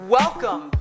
welcome